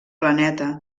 planeta